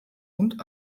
und